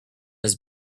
his